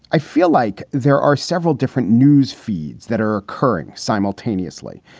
i feel like there are several different news feeds that are occurring simultaneously.